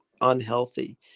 unhealthy